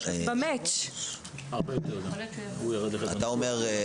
אתה אומר,